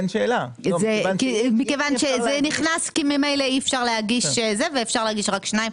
מכיוון שזה נכנס וממילא לא ניתן להגיש יותר משניים.